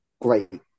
Great